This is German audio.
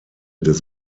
des